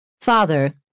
Father